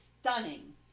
stunning